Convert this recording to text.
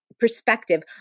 perspective